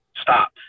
stop